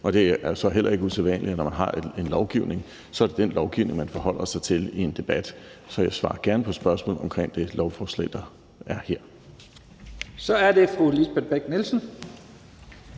Og det er altså heller ikke usædvanligt, at når man har en lovbehandling, så er det det lovforslag , man forholder sig til i en debat. Så jeg svarer gerne på spørgsmål omkring det lovforslag, der er her. Kl. 10:08 Første næstformand